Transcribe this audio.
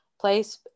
place